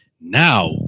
Now